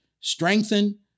strengthen